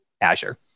Azure